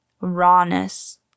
rawness